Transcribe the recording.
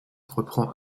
reprend